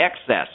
excess